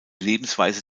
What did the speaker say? lebensweise